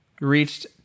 reached